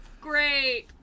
great